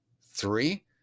Three